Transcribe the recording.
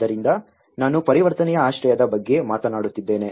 ಆದ್ದರಿಂದ ನಾನು ಪರಿವರ್ತನೆಯ ಆಶ್ರಯದ ಬಗ್ಗೆ ಮಾತನಾಡುತ್ತಿದ್ದೇನೆ